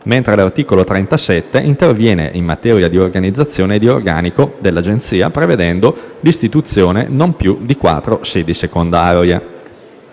mentre l'articolo 37 interviene in materia di organizzazione e di organico dell'Agenzia, prevedendo l'istituzione di non più di quattro sedi secondarie.